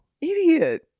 Idiot